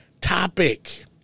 topic